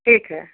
ठीक है